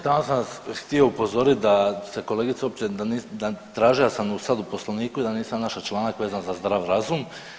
Taman sam vas htio upozoriti da se kolegica uopće, tražija sam sad u Poslovniku da nisam našao članak vezan za zdrav razum.